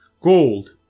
gold